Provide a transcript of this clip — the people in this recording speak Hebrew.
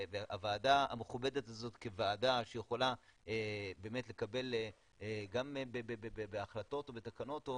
והוועדה המכובדת הזאת כוועדה שיכולה באמת לקבל גם בהחלטות או בתקנות,